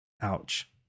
Ouch